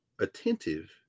attentive